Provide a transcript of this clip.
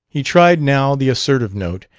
he tried now the assertive note,